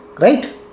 Right